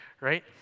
right